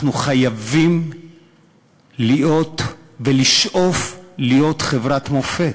אנחנו חייבים להיות, ולשאוף להיות, חברת מופת,